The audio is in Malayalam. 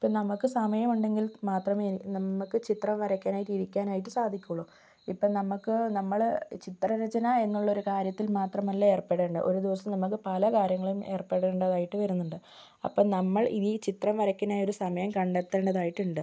ഇപ്പോൾ നമുക്ക് സമയം ഉണ്ടെങ്കിൽ മാത്രമേ നമുക്ക് ചിത്രം വരക്കാനായിട്ട് ഇരിക്കാനായിട്ട് സാധിക്കുകയുള്ളു ഇപ്പം നമുക്ക് നമ്മള് ചിത്രരചന എന്ന് ഉള്ള ഒരു കാര്യത്തിൽ മാത്രം അല്ലേ ഏർപ്പെടേണ്ടത് ഒരു ദിവസം നമുക്ക് പല കാര്യങ്ങളും ഏർപ്പെടേണ്ടതായിട്ട് വരുന്നുണ്ട് അപ്പോൾ നമ്മൾ ഇത് ഈ ചിത്രം വരയ്ക്കുന്നതിന് ഒരു സമയം കണ്ടെത്തേണ്ടത് ആയിട്ടുണ്ട്